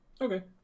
Okay